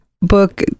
book